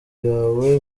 yawe